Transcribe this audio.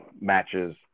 matches